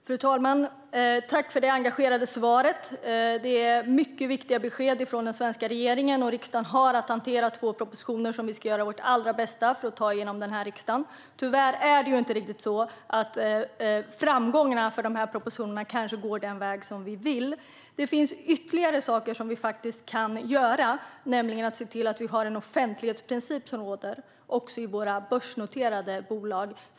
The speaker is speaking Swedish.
Fru talman! Tack för det engagerade svaret! Det är mycket viktiga besked från den svenska regeringen. Riksdagen har att hantera två propositioner som vi ska göra vårt allra bästa för att ta genom i den här riksdagen. Tyvärr går kanske framgångarna för dessa propositioner inte den väg som vi vill. Det finns ytterligare saker som vi kan göra, nämligen att se till att offentlighetsprincipen råder också i våra börsnoterade bolag.